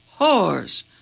whores